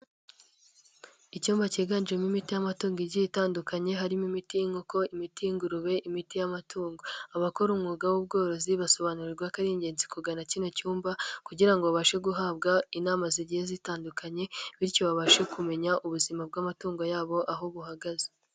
Icyumba cyiganjemo imiti y'amatungo igiye itandukanye, harimo imiti y'inkoko, imiti y'ingurube, imiti y'amatungo. Abakora umwuga w'ubworozi basobanurirwa ko ari ingenzi kugana kino cyumba, kugira ngo babashe guhabwa inama zigiye zitandukanye, bityo babashe kumenya ubuzima bw'amatungo ya bo aho buhagaze.